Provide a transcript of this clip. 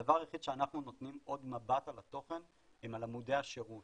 הדבר היחיד שאנחנו נותנים עוד מבט על התוכן הם על עמודי השירות,